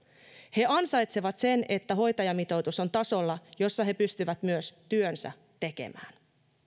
he ansaitsevat sen että hoitajamitoitus on tasolla jolla he pystyvät myös työnsä tekemään